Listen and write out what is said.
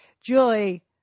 Julie